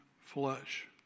flesh